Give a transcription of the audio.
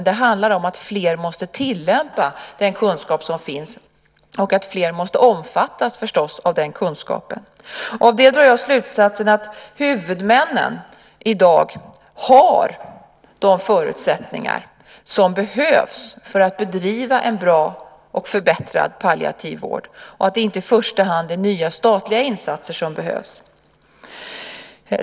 Det handlar om att fler måste tillämpa den kunskap som finns och att fler måste omfattas av den kunskapen. Av det drar jag slutsatsen att huvudmännen i dag har de förutsättningar som behövs för att bedriva en bra och förbättrad palliativ vård och att det inte i första hand är nya statliga insatser som behövs.